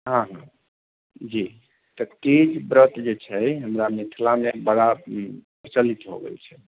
हँ हँ जी तऽ तीज व्रत जे छै हमरा मिथिलामे बड़ा प्रचलित हो गेल छै